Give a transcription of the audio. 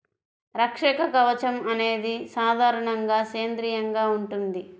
రక్షక కవచం అనేది సాధారణంగా సేంద్రీయంగా ఉంటుంది